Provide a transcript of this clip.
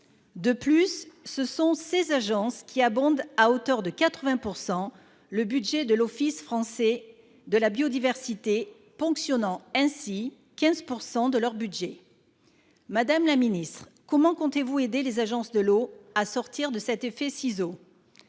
De plus, ce sont ces agences qui abondent à hauteur de 80 % le budget de l'Office français de la biodiversité, ce qui représente une ponction de 15 % de leur budget. Madame la secrétaire d'État, comment comptez-vous aider les agences de l'eau à sortir de cet effet ciseau ?